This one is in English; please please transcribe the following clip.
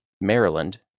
Maryland